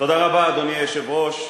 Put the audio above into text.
אדוני היושב-ראש,